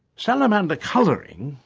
salamander colouring,